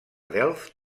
delft